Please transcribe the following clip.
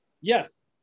Yes